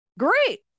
great